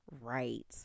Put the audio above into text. Right